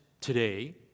today